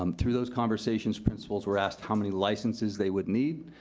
um through those conversations, principals were asked how many licenses they would need,